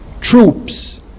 troops